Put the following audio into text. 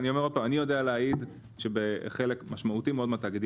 אני אומר עוד פעם: אני יודע להעיד שבחלק משמעותי מאוד מהתאגידים,